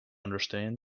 understand